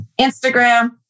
Instagram